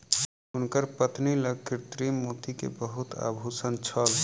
हुनकर पत्नी लग कृत्रिम मोती के बहुत आभूषण छल